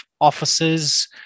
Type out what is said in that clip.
offices